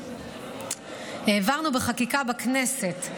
העברנו בחקיקה בכנסת,